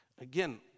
Again